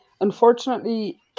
Unfortunately